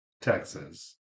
Texas